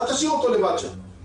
לא להשאיר אותו לבד שם.